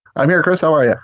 i'm here. chris how are yeah